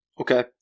Okay